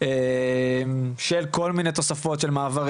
של כל מיני תוספות של מעברים,